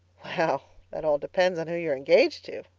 well, that all depends on who you're engaged to,